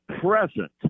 present